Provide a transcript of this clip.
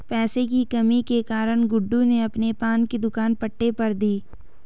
पैसे की कमी के कारण गुड्डू ने अपने पान की दुकान पट्टे पर दी